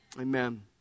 Amen